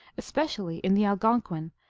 especially in the algonquin,